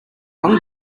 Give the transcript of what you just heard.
one